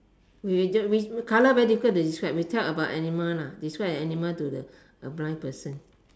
we we we colour very difficult to describe we tell about animal lah describe an animal to the a blind person